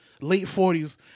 late-40s